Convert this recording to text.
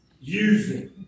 using